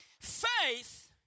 Faith